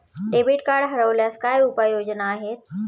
Debit card हरवल्यास काय उपाय योजना आहेत?